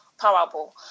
parable